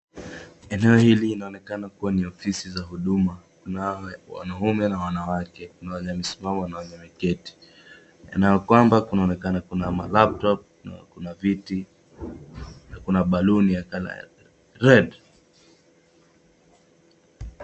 Eneo hili linaonekana kuwa ni ofisi za huduma, kuna wanaume na wanawake, kuna wenye wamesimama na wenye wameketi, na kwamba kunaonekana kuna malaptop , na kuna viti na kuna baloon ya color red .